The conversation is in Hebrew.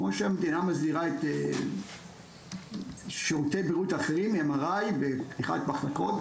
כמו שהמדינה מסדירה את שירותי הבריאות האחרים: MRI ופתיחת מחלקות,